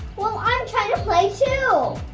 well i'm tryna play too.